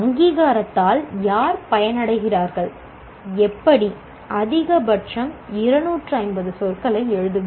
அங்கீகாரத்தால் யார் பயனடைகிறார்கள் எப்படி அதிகபட்சம் 250 சொற்களை எழுதுங்கள்